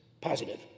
positive